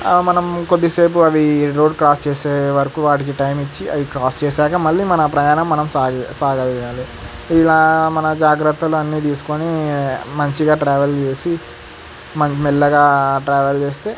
మనం కొద్దిసేపు అవి రోడ్ క్రాస్ చేసే వరకు వాటికి టైం ఇచ్చి అవి క్రాస్ చేశాక మళ్ళీ మన ప్రయాణం మనం సా సాగించాలి ఇలా మన జాగ్రత్తలు అన్నీ తీసుకుని మంచిగా ట్రావెల్ చేసి మ మెల్లగా ట్రావెల్ చేస్తే